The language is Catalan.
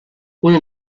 una